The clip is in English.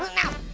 no,